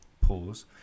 Pause